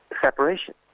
separation